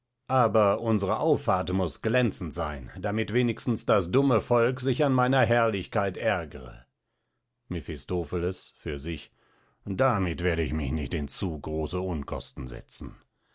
aber unsere auffahrt muß glänzend sein damit wenigstens das dumme volk sich an meiner herrlichkeit ärgre mephistopheles für sich damit werd ich mich nicht in zu große unkosten setzen